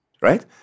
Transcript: right